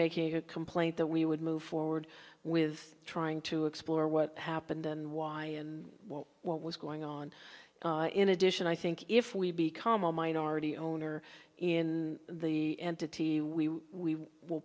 making a complaint that we would move forward with trying to explore what happened and why and what was going on in addition i think if we become a minority owner in the entity we w